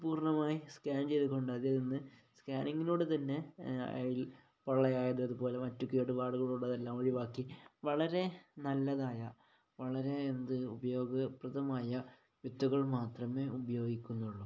പൂർണ്ണമായി സ്കാൻ ചെയ്ത് കൊണ്ട് അതിൽ നിന്ന് സ്കാനിങ്ങിലൂടെ തന്നെ അതിൽ പള്ള ആയത് അതുപോലെ മറ്റു കേടുപാടുകൾ ഉള്ളതെല്ലാം ഒഴിവാക്കി വളരെ നല്ലതായ വളരെ എന്ത് ഉപയോഗപ്രദമായ വിത്തുകൾ മാത്രമേ ഉപയോഗിക്കുന്നുള്ളൂ